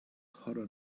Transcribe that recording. hotter